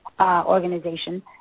organization